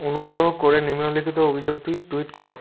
অনুগ্রহ করে নিম্নলিখিত অভিযোগটি টুইট করো